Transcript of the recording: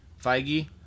Feige